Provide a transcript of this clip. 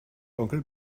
onkel